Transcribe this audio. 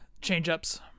change-ups